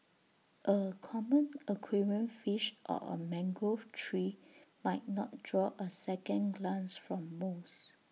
A common aquarium fish or A mangrove tree might not draw A second glance from most